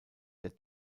der